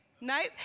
Nope